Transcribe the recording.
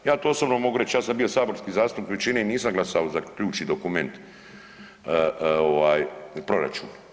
Ja to osobno mogu reći, ja sam bio saborski zastupnik i većini nisam glasao za ključni dokument proračun.